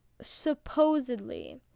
supposedly